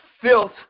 filth